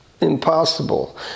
Impossible